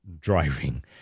driving